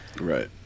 right